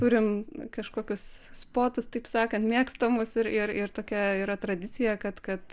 turim kažkokius spotus taip sakant mėgstamus ir ir ir tokia yra tradicija kad kad